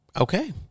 Okay